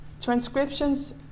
Transcriptions